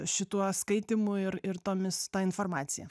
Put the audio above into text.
šituo skaitymu ir ir tomis ta informacija